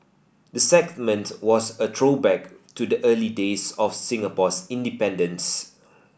the segment was a throwback to the early days of Singapore's independence